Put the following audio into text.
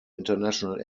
international